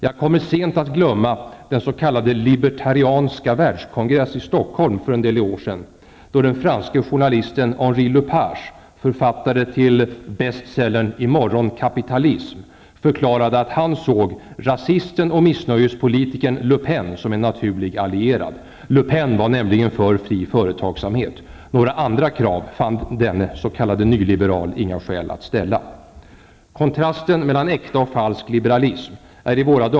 Jag kommer sent att glömma den s.k. libertarianska världskongress i Stockholm för en del år sedan, då den franske journalisten Henri Lepage, författare till bestsellern I morgon kapitalism, förklarade att han såg rasisten och missnöjespolitikern Le Pen som en naturlig allierad. Le Pen var nämligen för fri företagsamhet. Några andra krav fann denne s.k. nyliberal inga skäl att ställa.